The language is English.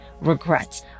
regrets